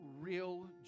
real